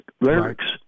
lyrics